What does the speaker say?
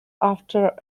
after